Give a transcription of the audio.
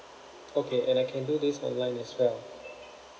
okay and I can do this online as well